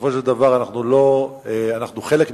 בסופו של דבר אנחנו חלק מכדור-הארץ,